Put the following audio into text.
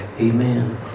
Amen